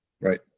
Right